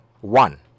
One